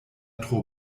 tro